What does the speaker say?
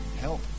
help